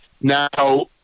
Now